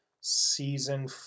season